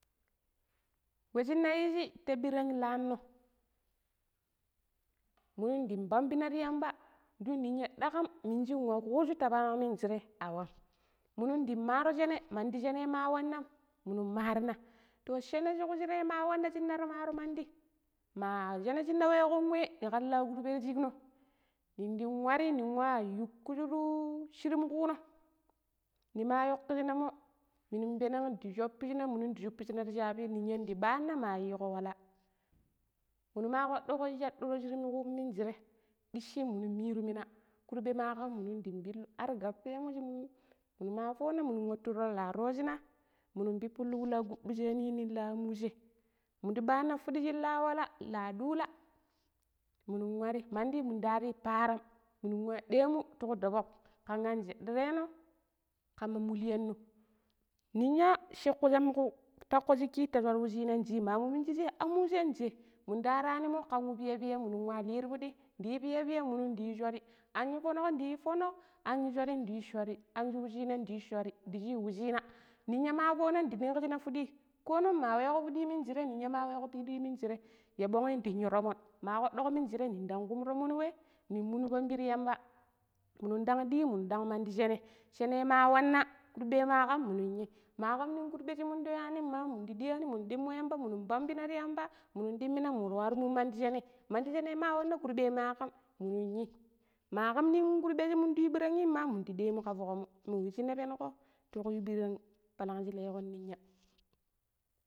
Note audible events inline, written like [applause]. We shine yiji ta birang lanno minu dan pambina ti yamba dun ninya dakam minji nwakuju ta palang mingire awam, minu ndang maaro shene mandi shenei ma wanna minun marina to shene shi ku shirai ma wanna shine maro mandi ma shene shine wenan we nikan lakurbo ti shikno nin dang nwari ning wa yukushuru shirim kuno nima yokishinamo minu penan dii shopishina minun di fushisha ti shaabi ninya dii banna ma yiiko walla minu ma kpaduko shaduro shirim kumu minje dishi minu miru mina kurbe ma kam minun dang pellu argappe shi minu ma foona minunwati tushina minun pippulu wula kubishani la amwu shei minda baana fudi shin lawala, la dula minun wari mandi hari param minun wa demun tuku dobok kamaan jedireno kama mulyano ninya shi kusham [hesitation] takko shiki ta swar wucinainci mamu minji shei am wu she shei mindaranimo kan wu piya piya minu wa lun ti fudi duyu piya-piya minunduyu shori an yu fonok dii fonok anyu shors di yii shori an shu wacina ndi yi shori da she washina ninya ma fona ndi ninkijina fudi ko nong ma we ko fudi munjire ninya ma wego fidi minjire ya bongi danyu tomon ma kwadugo minjire nindan kumo tomonwe minu pambi ti yamba minu dang dee munu dannng mandi shenei shene ma wanna kurbe ma kam minu yi, ma kam ninkurbe shi minda ywanimma minda diyani munu ɗimo yamba munin panbon ri yamba munun dimina mu warmu mandi shenei ma wanna kurbe ma kam munun yi ma kam nin kurɓe shi mun da yin ɓiranng ma wu minda demu ka fokum mo wa shina penigo ti ku yu ɓiranng pallang shi leg̣on ninya.